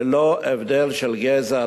ללא הבדל של גזע,